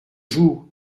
joues